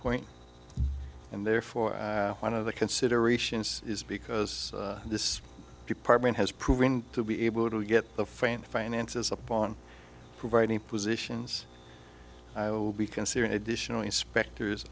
standpoint and therefore one of the considerations is because this department has proven to be able to get the faint finances upon providing positions i will be considering additional inspectors